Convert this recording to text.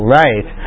right